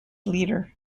leader